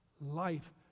Life